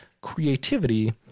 creativity